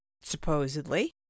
Supposedly